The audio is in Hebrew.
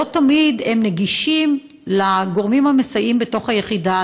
לא תמיד יש להם גישה לגורמים המסייעים בתוך היחידה,